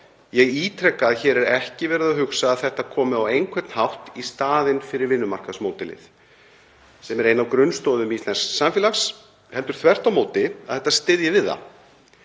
Ég ítreka að hér er ekki verið að hugsa að þetta komi á einhvern hátt í staðinn fyrir vinnumarkaðsmódelið sem er ein af grunnstoðum íslensks samfélags heldur þvert á móti að þetta styðji við það.